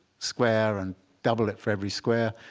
square and doubled it for every square.